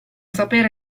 sapere